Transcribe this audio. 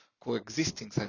coexisting